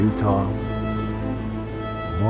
Utah